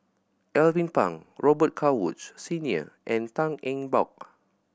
Alvin Pang Robet Carr Woods Senior and Tan Eng Bock